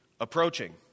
approaching